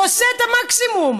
ועושה את המקסימום.